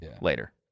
later